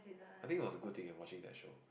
I think it was a good thing eh watching that show